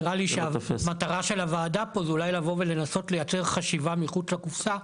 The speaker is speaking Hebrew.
נראה לי שהמטרה של הוועדה פה זה אולי לבוא ולייצר חשיבה מחוץ לקופסא,